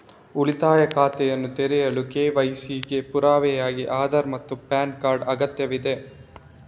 ಉಳಿತಾಯ ಖಾತೆಯನ್ನು ತೆರೆಯಲು ಕೆ.ವೈ.ಸಿ ಗೆ ಪುರಾವೆಯಾಗಿ ಆಧಾರ್ ಮತ್ತು ಪ್ಯಾನ್ ಕಾರ್ಡ್ ಅಗತ್ಯವಿದೆ